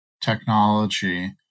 technology